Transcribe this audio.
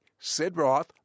Sidroth